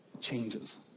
changes